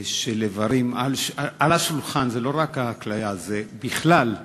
של האיברים על השולחן, זה לא רק הכליה, זה בכלל,